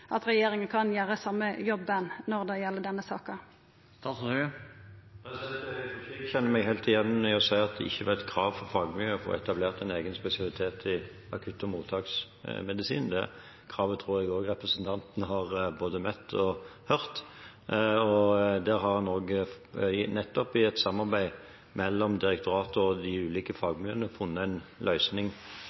at regjeringa kan gjera den same jobben når det gjeld denne saka. Jeg tror ikke jeg kjenner meg helt igjen i å ha sagt at det ikke var et krav fra fagmiljøet om å få etablert en egen spesialitet i akutt- og mottaksmedisin. Det kravet tror jeg også representanten har både møtt og hørt. En har nettopp i et samarbeid mellom direktoratet og de ulike